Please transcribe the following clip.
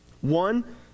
One